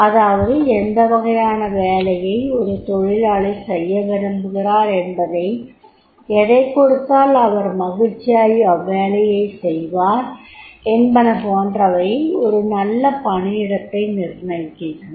அதாவது எந்த வகையான வேலையை ஒரு தொழிலாளி செய்ய விரும்புகிறார் எதைக் கொடுத்தால் அவர் மகிழ்ச்சியாய் அவ்வேலையைச் செய்வார் என்பன போன்றவை ஒரு நல்ல பணியிடத்தை நிர்ணயிக்கின்றன